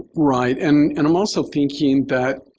right. and and i'm also thinking that